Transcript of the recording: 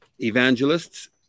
evangelists